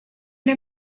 una